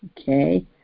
okay